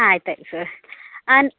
ಆಯ್ತು ಆಯಿತು ಸರ್